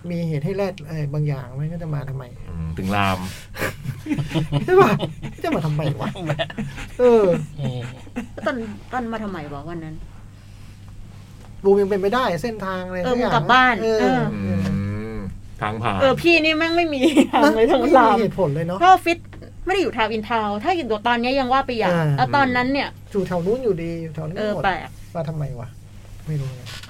มีเหตุให้แลกอะไรบางอย่างไหม? ก็จะมาทำไม?อืม ถึงลาม ใช่ปะ? จะมาทำไมวะ? เออแล้วตอน- ตอนมาทำไมวะวันนั้น?ดูยังเป็นไปได้เส้นทางอะไรสักอย่างนะเออ มึงกลับบ้าน เอออืมอืม ทางผ่านเออ พี่นี่แม่งไม่มีทางเลย สงสารไม่มีเหตุผลเลยเนอะเพราะฟิตไม่ได้อยู่ทาวน์อินทาวน์ ถ้าอยู่ตัวตอนเนี้ยยังว่าไปอย่างอ่าแล้วตอนนั้นเนี่ยอยู่แถวนู้นอยู่ดี อยู่แถวนู้นหมดเออ แปลกมาทำไมวะ? ไม่รู้เหมือนกัน